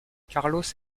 carlos